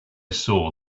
saw